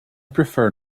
prefer